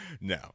No